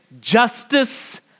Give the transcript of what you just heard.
justice